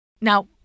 Now